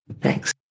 Thanks